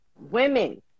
women